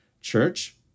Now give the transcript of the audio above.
church